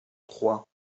trois